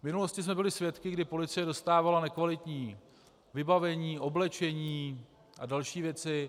V minulosti jsme byli svědky, kdy policie dostávala nekvalitní vybavení, oblečení a další věci.